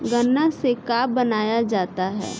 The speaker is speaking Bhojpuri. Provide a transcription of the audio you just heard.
गान्ना से का बनाया जाता है?